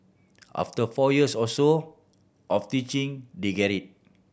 after four years or so of teaching they get it